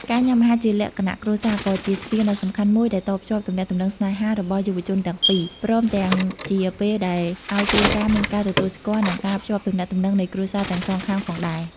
ការញ៉ាំអាហារជាលក្ខណៈគ្រួសារគឺជាស្ពានដ៏សំខាន់មួយដែលតភ្ជាប់ទំនាក់ទំនងស្នេហារបស់យុវជនទាំងពីរ ព្រមទាំងជាពេលដែលឲ្យគ្រួសារមានការទទួលស្គាល់ និងការភ្ជាប់ទំនាកទំនងនៃគ្រួសារទាំងសងខាងផងដែរ។